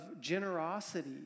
generosity